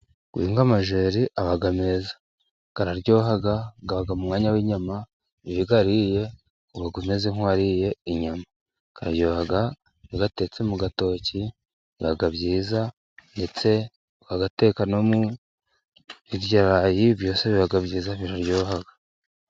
Guhinga amajeri, aba meza. Araryoha, aba mu mwanya w'inyama, iyo uyaririye, uba umeze nk'uwariye inyama. Aryoha iyo uyatetse mu gatotoki, biba byiza, ndetse ukayateka no mu birayi byose biba byiza biraryoha.